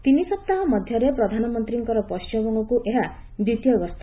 ତିନିସପ୍ତାହ ମଧ୍ୟରେ ପ୍ରଧାନମନ୍ତ୍ରୀଙ୍କର ପଶ୍ଚିମବଙ୍ଗକୁ ଏହା ଦ୍ୱିତୀୟ ଗସ୍ତ